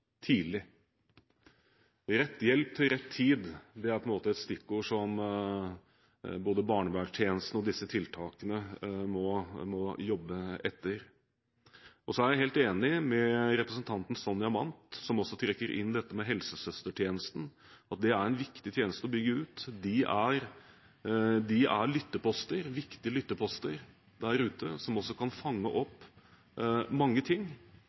tidlig. Rett hjelp til rett tid er et stikkord som både barnevernstjenesten og disse tiltakene må jobbe etter. Så er jeg helt enig med representanten Sonja Mandt, som også trekker inn dette med helsesøstertjenesten – at det er en viktig tjeneste å bygge ut. De er viktige lytteposter der ute som også kan fange opp mange ting.